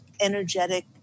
energetic